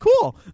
Cool